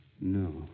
No